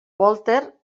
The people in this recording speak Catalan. walter